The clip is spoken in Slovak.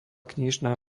knižná